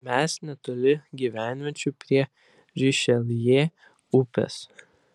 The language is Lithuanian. mes netoli gyvenviečių prie rišeljė upės